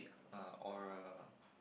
uh or